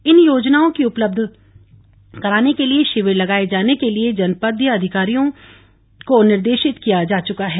इन योजनाओं की उपलब्ध कराने के लिए शिविर लगाए जाने के लिए जनपदीय अधिकारियों को निर्देशित किया जा चुका है